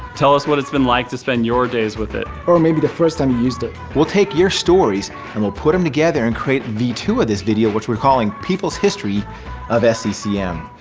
tell us what it's been like to spend your days with it. or maybe the first time you used it. we'll take your stories and we'll put em together and create v two of this video which we're calling people's history of sccm.